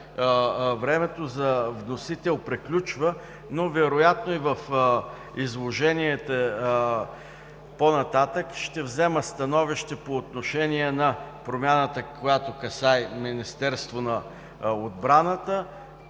времето ми на вносител приключва, но вероятно в изложението си по-нататък ще взема становище по отношение на промяната, която касае Министерството на отбраната,